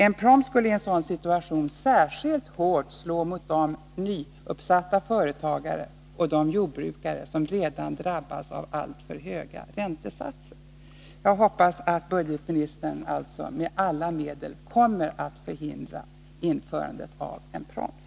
En proms skulle i en sådan situation särskilt hårt slå mot de nystartade företagen och de jordbrukare som redan förut drabbats av alltför höga räntesatser. Jag hoppas alltså att budgetministern med alla medel kommer att förhindra införandet av en proms.